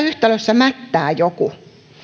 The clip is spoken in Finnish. yhtälössä mättää joku